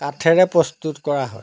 কাঠেৰে প্ৰস্তুত কৰা হয়